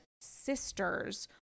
sisters